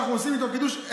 שאנחנו עושים איתו קידוש,